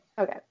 Okay